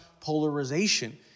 polarization